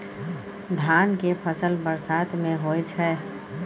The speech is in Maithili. धान के फसल बरसात में होय छै?